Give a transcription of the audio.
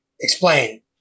explain